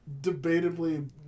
debatably